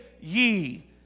ye